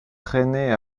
traînée